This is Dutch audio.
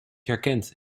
herkent